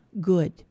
good